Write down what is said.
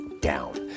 down